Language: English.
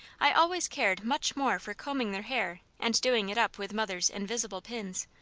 i always cared much more for combing their hair and doing it up with mother's invisible pins,